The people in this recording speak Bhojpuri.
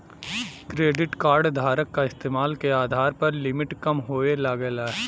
क्रेडिट कार्ड धारक क इस्तेमाल के आधार पर लिमिट कम होये लगला